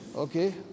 Okay